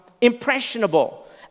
impressionable